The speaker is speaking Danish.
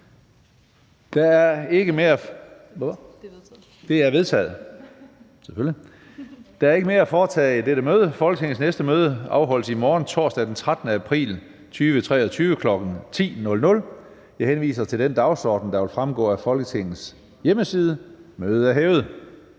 Der er ikke mere at foretage i dette møde. Folketingets næste møde afholdes i morgen, torsdag den 13. april 2023, kl. 10.00. Jeg henviser til den dagsorden, der vil fremgå af Folketingets hjemmeside. Mødet er hævet.